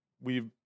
we've-